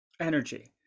energy